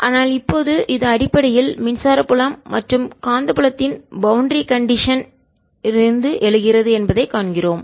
ஆனால் இப்போது இது அடிப்படையில் மின்சார புலம் மற்றும் காந்தப்புலத்தின் பவுண்டரி கண்டிஷன் எல்லை நிலையில் இருந்து எழுகிறது என்பதைக் காண்கிறோம்